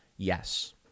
yes